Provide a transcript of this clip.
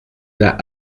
n’a